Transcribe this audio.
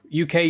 UK